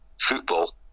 football